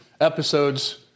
episodes